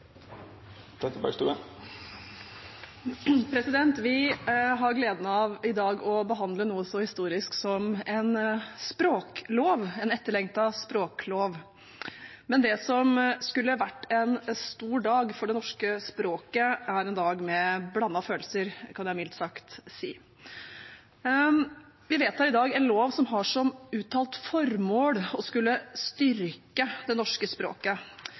viste til. Vi har i dag gleden av å behandle noe så historisk som en språklov, en etterlengtet språklov. Men det som skulle vært en stor dag for det norske språket, er en dag med blandede følelser, kan jeg mildt sagt si. Vi vedtar i dag en lov som har som uttalt formål å skulle styrke det norske språket